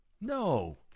No